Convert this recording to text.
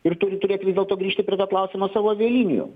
ir turi turėt vis dėlto grįžti prie to klausimo savo avialinijų